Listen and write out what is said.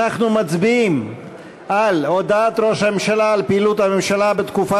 אנחנו מצביעים על הודעת ראש הממשלה על פעילות הממשלה בתקופה